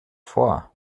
vor